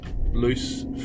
loose